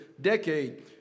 decade